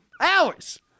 hours